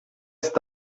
ist